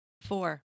Four